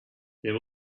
there